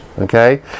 Okay